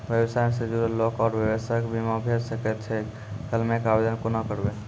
व्यवसाय सॅ जुड़ल लोक आर व्यवसायक बीमा भऽ सकैत छै? क्लेमक आवेदन कुना करवै?